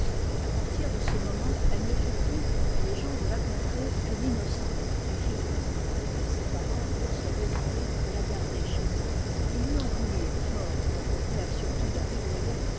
a partir de ce moment elle ne fut plus pour les gens de la contrée que l'innocente du yeun ses parents durent se résigner à la garder chez eux ils lui en voulurent fort le père surtout la